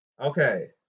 Okay